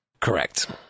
Correct